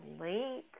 late